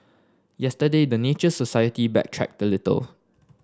yesterday the Nature Society backtracked a little